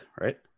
right